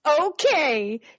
okay